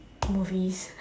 movies